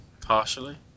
partially